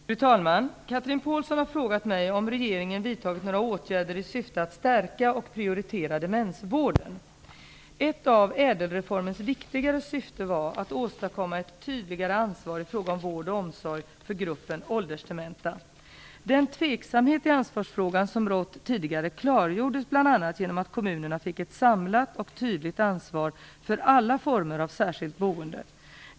Fru talman! Chatrine Pålsson har frågat mig om regeringen vidtagit några åtgärder i syfte att stärka och prioritera demensvården. Ett av ÄDEL-reformens viktigare syften var att åstadkomma ett tydligare ansvar i fråga om vård och omsorg för gruppen åldersdementa. Den tveksamhet i ansvarsfrågan som rått tidigare klargjordes bl.a. genom att kommunerna fick ett samlat och tydligt ansvar för alla former av särskilt boende.